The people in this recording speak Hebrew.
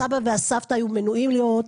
הסבא והסבתא היו מנועים מלראות,